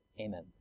Amen